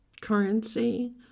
currency